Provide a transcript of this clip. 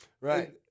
Right